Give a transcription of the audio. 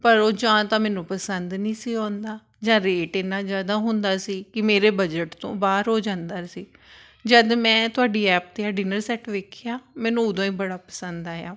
ਪਰ ਉਹ ਜਾਂ ਤਾਂ ਮੈਨੂੰ ਪਸੰਦ ਨਹੀਂ ਸੀ ਆਉਂਦਾ ਜਾ ਰੇਟ ਇੰਨਾਂ ਜ਼ਿਆਦਾ ਹੁੰਦਾ ਸੀ ਕਿ ਮੇਰੇ ਬਜਟ ਤੋਂ ਬਾਹਰ ਹੋ ਜਾਂਦਾ ਸੀ ਜਦ ਮੈਂ ਤੁਹਾਡੀ ਐਪ 'ਤੇ ਆਹ ਡਿਨਰ ਸੈਟ ਵੇਖਿਆ ਮੈਨੂੰ ਉਦੋਂ ਹੀ ਬੜਾ ਪਸੰਦ ਆਇਆ